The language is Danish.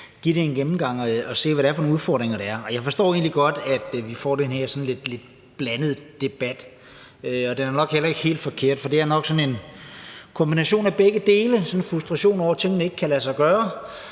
give det en gennemgang for at se, hvad det er for nogle udfordringer, der er. Jeg forstår egentlig godt, at vi får den her sådan lidt blandede debat. Og det er nok heller ikke helt forkert, for det er nok sådan en kombination af begge dele – en frustration over, at tingene ikke kan lade sig gøre,